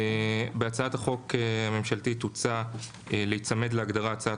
בהצעת החוק הממשלתית הוצע להיצמד להגדרה: ""הצעת